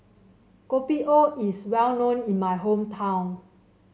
Kopi O is well known in my hometown